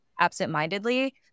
absentmindedly